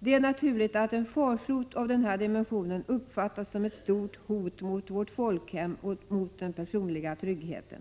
Det är naturligt att en farsot av denna dimension uppfattas som ett stort hot mot vårt folkhem och den personliga tryggheten.